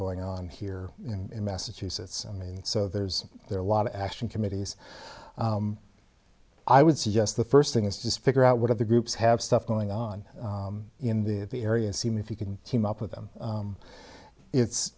going on here in massachusetts i mean so there's there are a lot of action committees i would suggest the first thing is just figure out what other groups have stuff going on in the area seem if you can come up with them it's